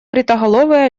бритоголовый